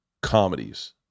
comedies